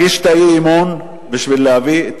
אבל החלטתי להגיש אי-אמון בשביל להביא את